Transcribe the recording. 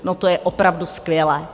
No to je opravdu skvělé!